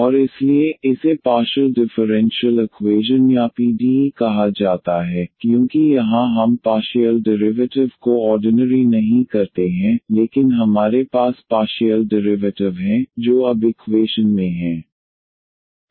और इसलिए इसे पार्शियल डिफरेंशियल इक्वैशन या पीडीई कहा जाता है क्योंकि यहां हम पार्शियल डेरिवेटिव को ऑर्डनेरी नहीं करते हैं लेकिन हमारे पास पार्शियल डेरिवेटिव हैं जो अब इकवेशन में हैं